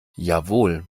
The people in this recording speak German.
jawohl